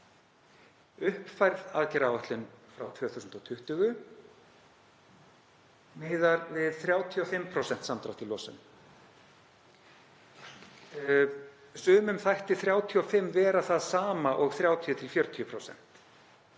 Uppfærð aðgerðaáætlun frá 2020 miðar við 35% samdrátt í losun. Sumum þætti 35% vera það sama og 30–40%